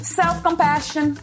self-compassion